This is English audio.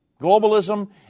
Globalism